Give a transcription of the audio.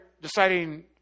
deciding